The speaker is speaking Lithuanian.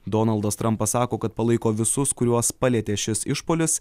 donaldas trampas sako kad palaiko visus kuriuos palietė šis išpuolis